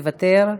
מוותר,